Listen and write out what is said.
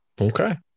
Okay